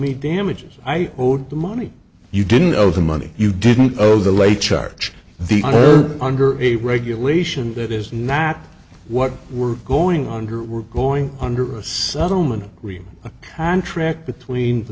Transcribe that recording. me damages i owed the money you didn't owe the money you didn't owe the late charge the owner under a regulation that is not what we're going on here we're going under a settlement we contract between